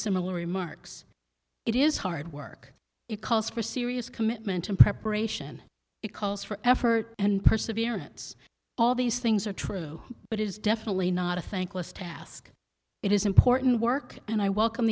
similar remarks it is hard work it calls for serious commitment and preparation it calls for effort and perseverance all these things are true but it is definitely not a thankless task it is important work and i welcome